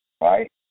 right